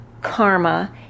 karma